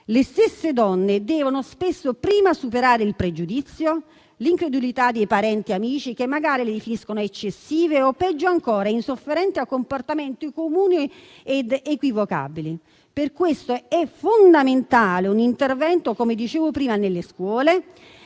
Le stesse donne devono spesso prima superare il pregiudizio e l'incredulità di parenti e amici, che magari le definiscono eccessive o, peggio ancora, insofferenti a comportamenti comuni ed equivocabili. Per questo è fondamentale un intervento nelle scuole